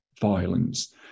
violence